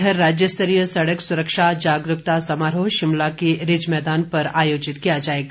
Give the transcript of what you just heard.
इधर राज्यस्तरीय सड़क सुरक्षा जागरूकता समारोह शिमला के रिज मैदान पर आयोजित किया जाएगा